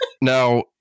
Now